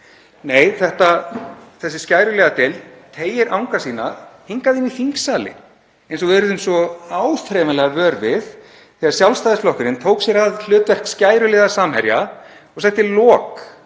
nei, þessi skæruliðadeild teygir anga sína hingað inn í þingsali, eins og við urðum svo áþreifanlega vör við þegar Sjálfstæðisflokkurinn tók að sér hlutverk skæruliða Samherja og setti lok